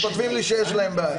הם כותבים לי שיש להם בעיה.